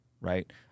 Right